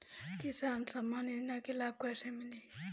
किसान सम्मान योजना के लाभ कैसे मिली?